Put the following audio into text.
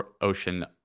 ocean